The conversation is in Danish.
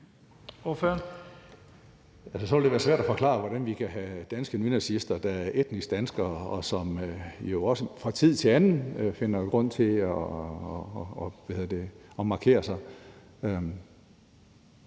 Så ville det være svært at forklare, hvordan vi kan have danske nynazister, der er etniske danskere, og som jo også fra tid til anden finder grund til at markere sig.